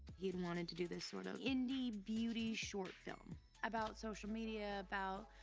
he wanted to do this sort of indie beauty short film about social media about,